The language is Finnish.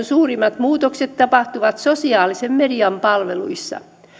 suurimmat muutokset tapahtuvat sosiaalisen median palveluissa